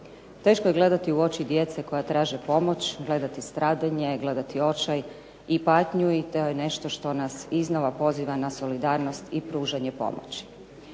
Teško je gledati u oči djece koja traže pomoć, gledati stradanje, gledati očaj i patnju i to je nešto što nas iznova poziva na solidarnost i pružanje pomoći.